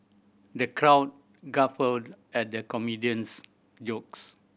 the crowd guffawed at the comedian's jokes